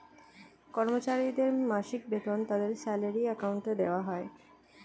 কর্মচারীদের মাসিক বেতন তাদের স্যালারি অ্যাকাউন্টে দেওয়া হয়